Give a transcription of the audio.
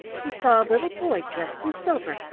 he saw a little boy dressed in silver,